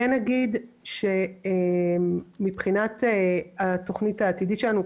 אכן כן אגיד שמבחינת התכנית העתידית שלנו,